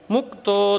Mukto